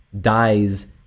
dies